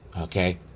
Okay